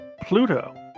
Pluto